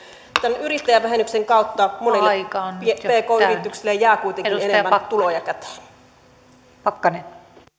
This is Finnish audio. tämän yrittäjävähennyksen kautta monille pk yrityksille jää kuitenkin enemmän tuloja käteen